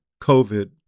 COVID